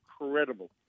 incredible